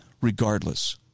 regardless